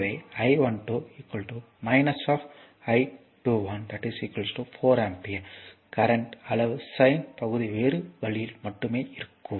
எனவே I12 I21 4 ampere கரண்ட்யின் அளவு சைன் பகுதி வேறு வழியில் மட்டுமே இருக்கும்